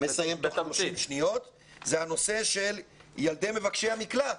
הנושא של ילדי מבקשי המקלט.